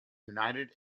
united